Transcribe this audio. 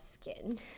skin